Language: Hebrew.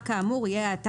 טיוטת